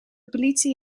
politie